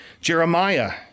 Jeremiah